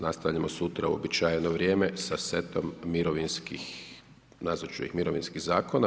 Nastavljamo sutra u uobičajeno vrijeme, sa setom mirovinskih, nazvati ću ih mirovinskih zakona.